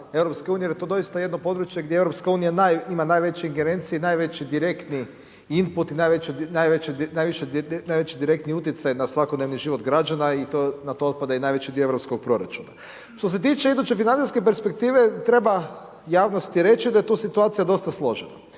politiku EU jer je to doista jedno područje gdje EU ima najveće ingerencije, najveći direktni input i najveći direktni utjecaj na svakodnevni život građana i na to otpada i najveći dio europskog proračuna. Što se tiče iduće financijske perspektive, treba javnosti reći da je tu situacija dosta složena.